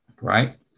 right